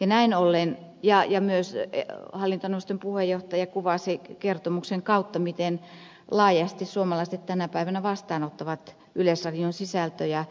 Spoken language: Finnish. näin ollen ja jannen syöte myös hallintoneuvoston puheenjohtaja kuvasi kertomuksen kautta miten laajasti suomalaiset tänä päivänä vastaanottavat yleisradion sisältöjä